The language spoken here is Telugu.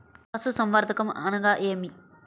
పశుసంవర్ధకం అనగా ఏమి?